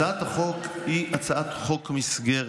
הצעת החוק היא הצעת חוק מסגרת.